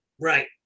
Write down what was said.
right